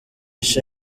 cha